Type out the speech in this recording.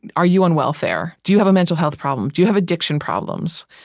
and are you on welfare? do you have a mental health problem? do you have addiction problems?